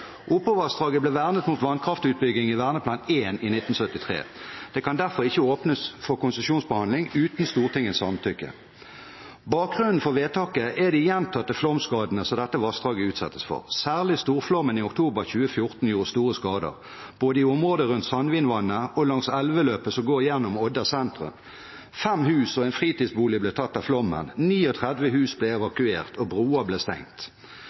Opovassdraget ble vernet mot vannkraftutbygging i Verneplan I i 1973. Det kan derfor ikke åpnes for konsesjonsbehandling uten Stortingets samtykke. Bakgrunnen for vedtaket er de gjentatte flomskadene dette vassdraget utsettes for, særlig storflommen i oktober 2014 gjorde store skader både i området rundt Sandvinvatnet og langs elveløpet som går gjennom Odda sentrum. Fem hus og en fritidsbolig ble tatt av flommen. 39 hus ble evakuert, og broer ble stengt.